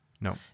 No